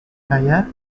kaya